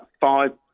five